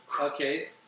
Okay